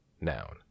noun